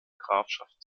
grafschaft